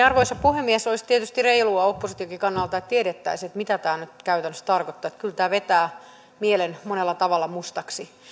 arvoisa puhemies olisi tietysti reilua oppositionkin kannalta että tiedettäisiin mitä tämä nyt käytännössä tarkoittaa kyllä tämä vetää mielen monella tavalla mustaksi